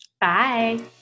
Bye